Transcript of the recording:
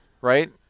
Right